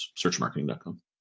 searchmarketing.com